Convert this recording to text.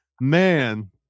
man